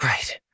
Right